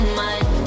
mind